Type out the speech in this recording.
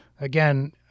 Again